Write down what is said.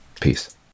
Peace